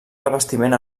revestiment